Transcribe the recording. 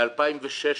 ב-2016,